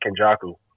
Kenjaku